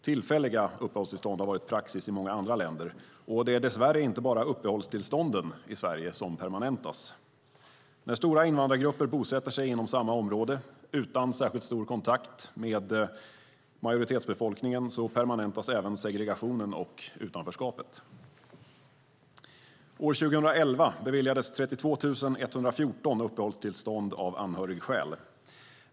Tillfälliga uppehållstillstånd har varit praxis i många andra länder, och det är dess värre inte bara uppehållstillstånden i Sverige som permanentas. När stora invandrargrupper bosätter sig inom samma område utan särskilt stor kontakt med majoritetsbefolkningen permanentas även segregationen och utanförskapet. År 2011 beviljades 32 114 uppehållstillstånd av anhörigskäl.